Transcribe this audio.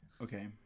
Okay